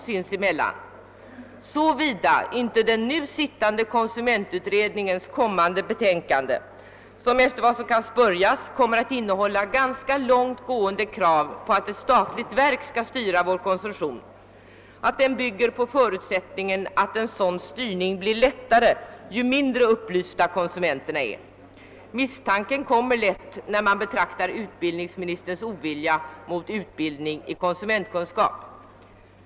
Detta gäller åtminstone under den förutsättningen att den nu sittande konsumentutredningens betänkande, vilket enligt vad som sports kommer att innehålla ganska långtgående krav på att vår konsumtion skall styras av ett statligt verk, inte bygger på antagandet att en sådan styrning blir lättare ju mindre upplysta konsumenterna är. En sådan misstanke uppstår lätt när man betraktar uttrycken för utbildningsministerns ovilja mot utbildningen i konsumentkunskap.